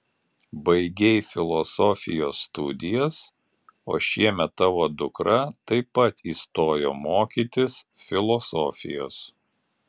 baigei filosofijos studijas o šiemet tavo dukra taip pat įstojo mokytis filosofijos